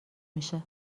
میشه